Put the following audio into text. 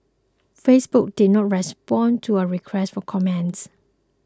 Facebook did not respond to a request for comments